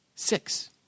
six